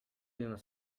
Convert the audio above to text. must